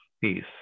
peace